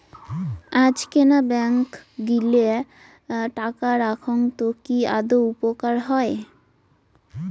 আজকেনা ব্যাঙ্ক গিলা টাকা রাখঙ তো কি আদৌ উপকার হই?